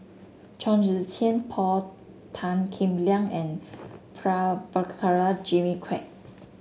Chong Tze Chien Paul Tan Kim Liang and Prabhakara Jimmy Quek